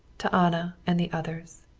to anna and the others.